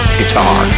guitar